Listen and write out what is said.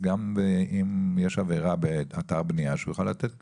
אם יש עבירה באתר בנייה הוא גם יוכל לתת קנס.